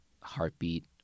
heartbeat